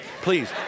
Please